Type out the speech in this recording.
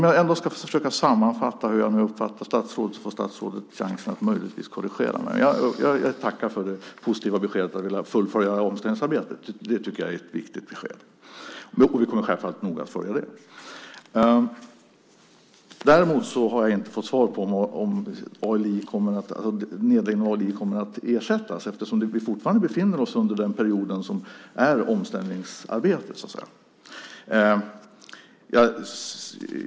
Jag ska försöka sammanfatta hur jag uppfattar statsrådets svar. Sedan får statsrådet chansen att möjligtvis korrigera mig. Jag tackar för det positiva beskedet att vilja fullfölja omställningsarbetet. Det tycker jag är ett viktigt besked, och vi kommer självfallet att noga följa det. Däremot har jag inte fått svar ifall ALI kommer att ersättas. Vi befinner oss fortfarande i en period av omställningsarbete så att säga.